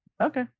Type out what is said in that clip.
Okay